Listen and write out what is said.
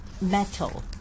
metal